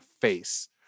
face